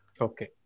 Okay